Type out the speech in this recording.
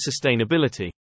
sustainability